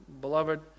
beloved